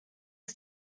had